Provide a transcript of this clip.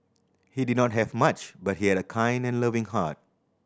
he did not have much but he had a kind and loving heart